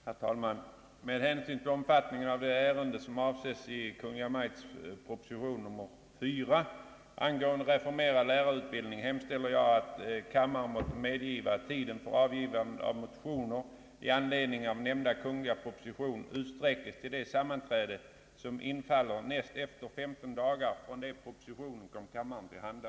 Herr talman! Med hänsyn till omfattningen av det ärende, som avses i Kungl. Maj:ts proposition nr 4, angående reformerad lärarutbildning, hemställer jag, att kammaren måtte medgiva, att tiden för avgivande av motioner i anledning av nämnda kungl. proposition utsträckes till det sammanträde, som infaller näst efter femton dagar från det propositionen kom kammaren till handa.